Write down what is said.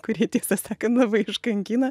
kurie tiesą sakant labai iškankina